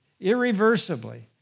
irreversibly